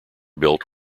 built